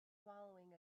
swallowing